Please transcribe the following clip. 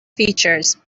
features